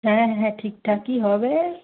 হ্যাঁ হ্যাঁ ঠিকঠাকই হবে